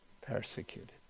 persecuted